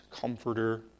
comforter